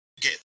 get